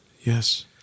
yes